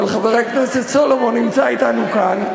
אבל חבר הכנסת סולומון נמצא אתנו כאן,